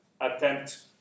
attempt